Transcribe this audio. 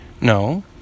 No